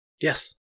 Yes